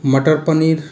मटर पनीर